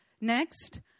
Next